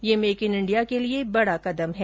यह make in India के लिए बड़ा कदम है